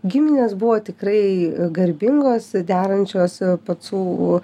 giminės buvo tikrai garbingos derančios pacų